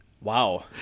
Wow